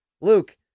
Luke